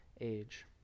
age